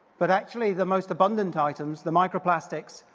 but actually, the most abundant items, the micro-plastics,